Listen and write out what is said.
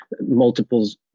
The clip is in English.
multiples